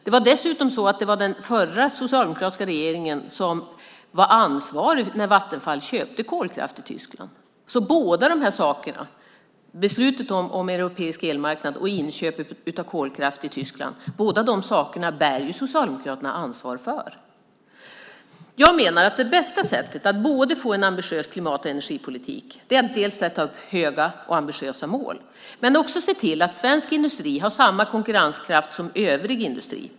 Det var dessutom den förra, socialdemokratiska regeringen som var ansvarig när Vattenfall köpte kolkraft i Tyskland, så båda dessa saker - besluten om en europeisk elmarknad och inköp av kolkraft i Tyskland - bär Socialdemokraterna ansvar för. Jag menar att det bästa sättet att få en ambitiös klimat och energipolitik är att sätta upp höga och ambitiösa mål och att se till att svensk industri har samma konkurrenskraft som övrig industri.